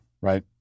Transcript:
right